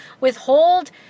withhold